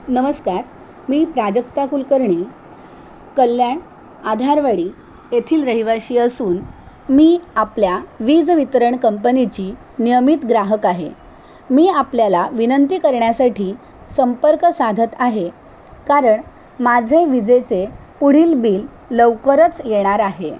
नमस्कार मी प्राजक्ता कुलकर्णी कल्याण आधारवाडी येथील रहिवाशी असून मी आपल्या वीज वितरण कंपनीची नियमित ग्राहक आहे मी आपल्याला विनंती करण्यासाठी संपर्क साधत आहे कारण माझे विजेचे पुढील बिल लवकरच येणार आहे